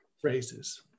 phrases